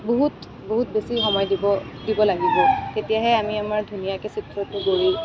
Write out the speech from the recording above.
বহুত বহুত বেছি সময় দিব দিব লাগিব তেতিয়াহে আমি আমাৰ ধুনীয়াকৈ চিত্ৰটো বহীত